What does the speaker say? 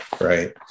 right